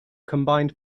combined